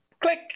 click